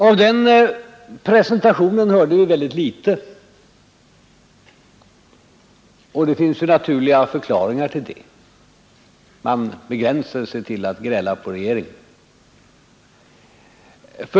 Av en sådan presentation har vi hört väldigt litet — och det finns väl naturliga förklaringar härtill. Man har begränsat sig till att gräla på regeringen.